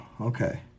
Okay